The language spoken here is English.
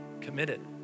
committed